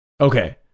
Okay